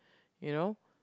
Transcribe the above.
you know